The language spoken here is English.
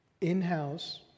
In-house